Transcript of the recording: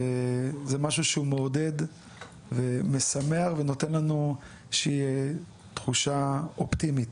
זה משהו שהוא מעודד ומשמח ונותן לנו איזושהי תחושה אופטימית.